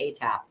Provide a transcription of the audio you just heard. ATAP